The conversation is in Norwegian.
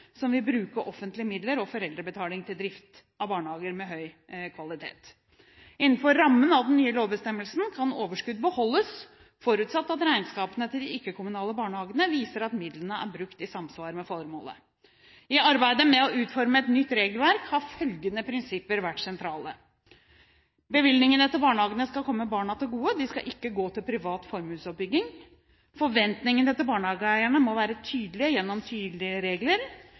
som vil bruke offentlige midler og foreldrebetaling til drift av barnehager med høy kvalitet. Innenfor rammen av den nye lovbestemmelsen kan overskudd beholdes, forutsatt at regnskapene til de ikke-kommunale barnehagene viser at midlene er brukt i samsvar med formålet. I arbeidet med å utforme et nytt regelverk har følgende prinsipper vært sentrale: Bevilgningene til barnehagene skal komme barna til gode. De skal ikke gå til privat formuesoppbygging. Forventningene til barnehageeierne må være tydelige gjennom tydelige regler.